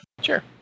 Sure